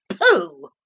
pooh